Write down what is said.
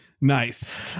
Nice